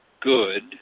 good